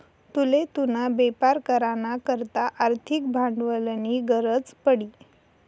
तुले तुना बेपार करा ना करता आर्थिक भांडवलनी गरज पडी